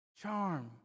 Charm